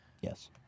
Yes